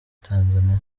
tanzania